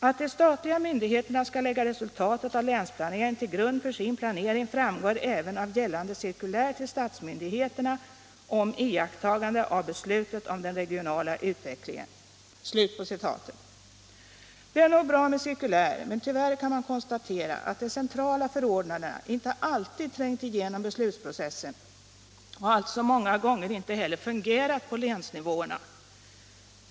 Att de statliga myndigheterna skall lägga resultatet av länsplaneringen till grund för sin planering framgår även av gällande cirkulär till statsmyndigheterna om iakttagande av beslutet om den regionala utvecklingen.” Det är nog bra med cirkulär, men tyvärr kan man konstatera att de centrala förordnandena inte alltid trängt igenom beslutsprocessen och alltså många gånger inte heller fungerat på länsnivåerna.